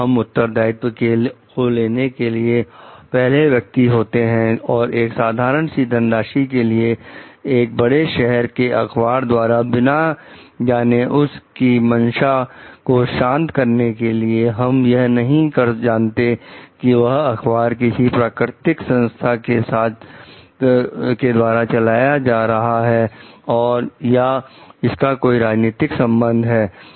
अगर हम उत्तरदायित्व को लेने के लिए पहले व्यक्ति होते हैं और एक साधारण सी धनराशि के लिए एक बड़े शहर के अखबार द्वारा बिना जाने उस की मनसा को शांत करने के लिए हम यह भी नहीं जानते कि वह अखबार किसी प्राकृतिक संस्था के द्वारा चलाया जा रहा है या इसका कोई राजनीतिक संबंध है